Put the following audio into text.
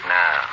now